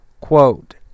Quote